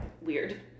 weird